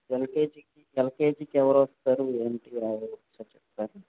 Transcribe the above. LKG ఎల్కేజికి ఎవరు వస్తారు ఏంటి రారు చెప్తారా